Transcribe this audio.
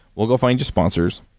we'll go find you sponsors.